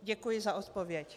Děkuji za odpověď.